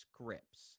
scripts